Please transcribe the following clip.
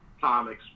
comics